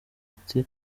iti